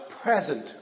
Present